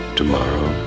tomorrow